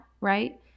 right